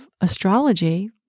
astrology